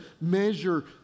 measure